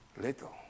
Little